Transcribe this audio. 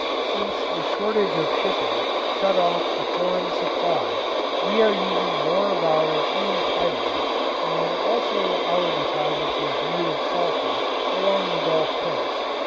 since the shortage of shipping shut off the foreign supply we are using more of our own pyrite and also our deposits of native sulfur along the gulf coast.